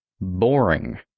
boring